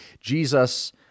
Jesus